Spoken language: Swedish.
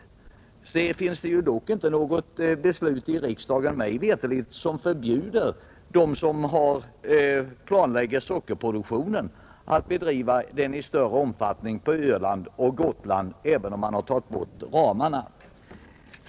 Men det finns ju inte något beslut i riksdagen, mig veterligt, som förbjuder dem som planlägger sockerproduktionen att bedriva den i större omfattning på Öland och Gotland, även om ramarna har tagits bort.